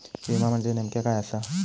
विमा म्हणजे नेमक्या काय आसा?